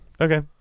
Okay